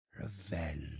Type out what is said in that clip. Revenge